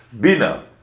bina